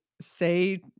say